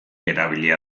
erabilia